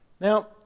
Now